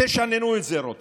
תשננו את זה, רוטמן.